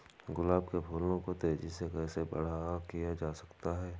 गुलाब के फूलों को तेजी से कैसे बड़ा किया जा सकता है?